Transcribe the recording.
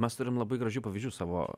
mes turim labai gražių pavyzdžių savo